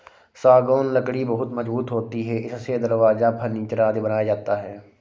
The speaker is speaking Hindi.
सागौन लकड़ी बहुत मजबूत होती है इससे दरवाजा, फर्नीचर आदि बनाया जाता है